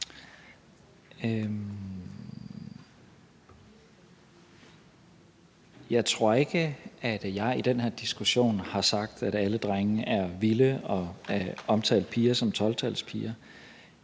Jeg tror ikke, at jeg i den her diskussion har sagt, at alle drenge er vilde, og omtalt piger som 12-talspiger.